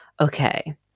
Okay